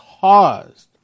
caused